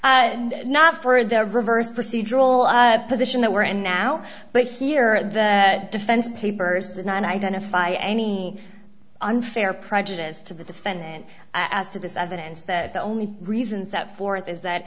and not for the reverse procedural position that we're in now but here the defense papers did not identify any unfair prejudice to the defendant as to this evidence that the only reason set forth is that